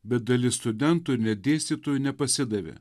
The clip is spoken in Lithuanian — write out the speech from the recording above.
bet dalis studentų ir net dėstytojų nepasidavė